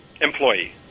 employee